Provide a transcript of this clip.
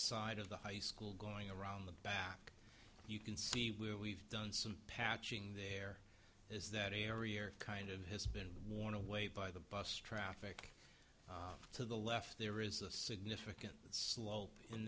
side of the high school going around the back you can see where we've done some patching there is that every year kind of has been worn away by the bus traffic to the left there is a significant slope in